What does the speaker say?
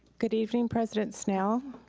good evening president snell,